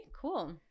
cool